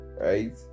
Right